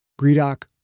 Greedock